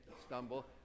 Stumble